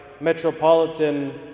Metropolitan